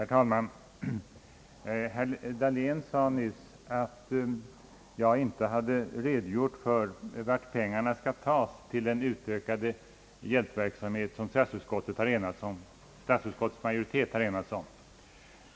Herr talman! Herr Dahlén sade nyss att jag inte hade redogjort för var man skall ta pengarna till den utökade hjälpverksamhet som statsutskottets majoritet enats om.